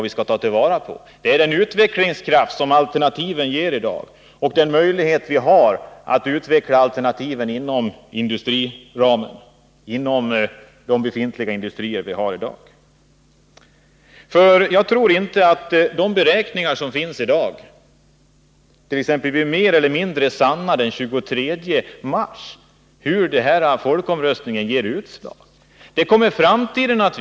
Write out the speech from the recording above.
Vi skall ta till vara helt den utvecklingskraft som alternativen i dag ger och den möjlighet vi har att utveckla dessa inom de industrier som vi i dag har. Jag tror inte att de beräkningar som nu föreligger blir mer eller mindre sanna den 23 mars som ett utslag av folkomröstningen, utan det får framtiden visa.